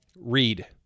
Read